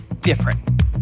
different